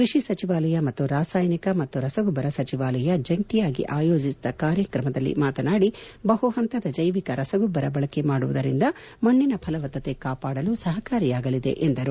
ಕೃಷಿ ಸಚಿವಾಲಯ ಮತ್ತು ರಾಸಾಯನಿಕ ಮತ್ತು ರಸಗೊಬ್ಬರ ಸಚಿವಾಲಯ ಜಂಟಿಯಾಗಿ ಆಯೋಜಿಸಿದ್ದ ಕಾರ್ಯಕ್ರಮದಲ್ಲಿ ಮಾತನಾಡಿ ಬಹು ಹಂತದ ಜೈವಿಕ ರಸಗೊಬ್ಬರ ಬಳಕೆ ಮಾಡುವುದರಿಂದ ಮಣ್ಣಿನ ಫಲವತ್ತತೆ ಕಾಪಾಡಲು ಸಹಕಾರಿಯಾಗಲಿದೆ ಎಂದರು